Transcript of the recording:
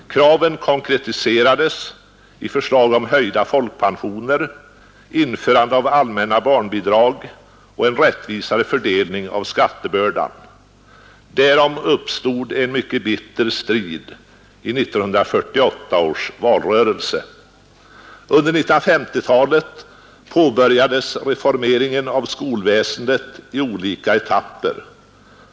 Kraven konkretiserades i förslag om höjda folkpensioner, införande av allmänna barnbidrag och en rättvisare fördelning av skattebördan. Därom uppstod en bitter strid i 1948 års valrörelse. Under 1950-talet påbörjades reformeringen av skolväsendet i olika etapper.